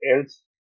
else